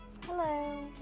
Hello